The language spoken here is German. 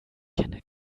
kenne